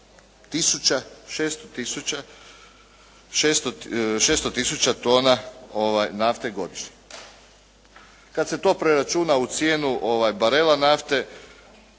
600 tisuća tona nafte godišnje. Kada se to preračuna u cijenu barela nafte,